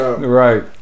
right